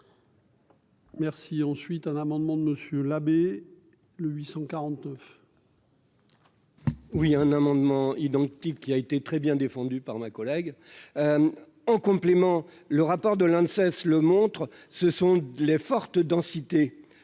Merci ensuite un amendement de monsieur l'abbé, le 800. Oui, un amendement identique qui a été très bien défendu par ma collègue en complément, le rapport de l'Inde cesse le montre, ce sont les fortes densités